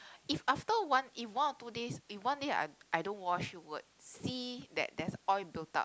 if after one if one or two days if one day I I don't wash you would see that there's oil built up